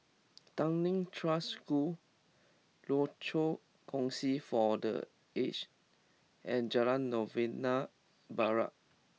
Tanglin Trust School Rochor Kongsi for the Aged and Jalan Novena Barat